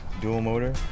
dual-motor